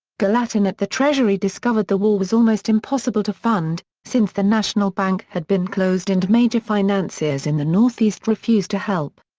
gallatin at the treasury discovered the war was almost impossible to fund, since the national bank had been closed and major financiers in the northeast refused to help.